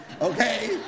okay